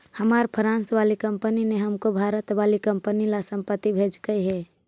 हमार फ्रांस वाली कंपनी ने हमको भारत वाली कंपनी ला संपत्ति भेजकई हे